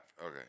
okay